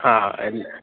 ആ ആ എന്ത്